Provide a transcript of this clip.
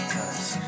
Cause